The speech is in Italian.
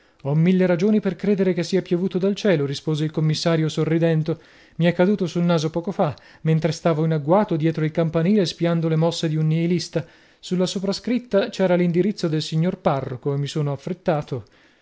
ho mille ragioni per credere che sia piovuto dal cielo rispose il commissario sorridendo mi è caduto sul naso poco fa mentre stavo in agguato dietro il campanile spiando lo mosse di un nihilista sulla soprascritta c'era l'indirizzo del signor parroco e mi sono affrettato